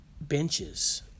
benches